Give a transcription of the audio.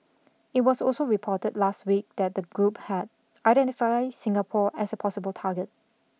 it was also reported last week that the group had identified Singapore as a possible target